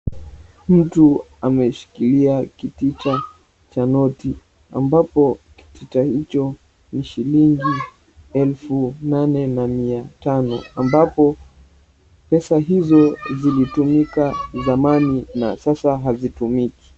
Mtu ameshikilia kitita cha noti ambapo kitita hicho ni shilingi elfu nane na mia tano ambapo pesa hizo zilitumika zamani na sasa hazitumiki.